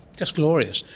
just glorious.